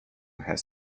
has